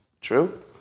True